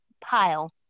pile